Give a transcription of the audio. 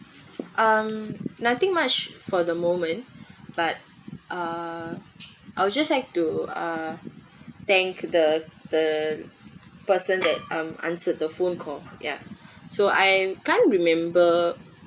um nothing much for the moment but uh I will just like to uh thank the the person that um answered the phone call ya so I can't remember